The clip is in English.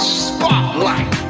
spotlight